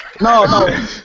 No